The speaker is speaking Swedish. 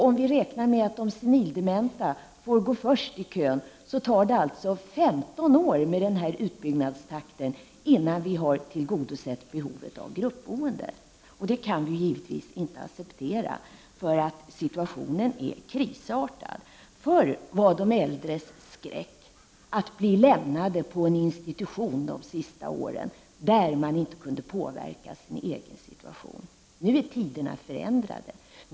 Om vi räknar med att de senildementa får gå först i kön, tar det 15 år med den här utbyggnadstakten innan vi har tillgodosett behovet av gruppboende. Detta kan vi givetvis inte acceptera, eftersom situationen är krisartad. Förr var de äldres skräck att bli lämnade på en institution de sista åren, där de inte kan påverka sin egen situation. Nu är tiderna förändrade.